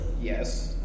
Yes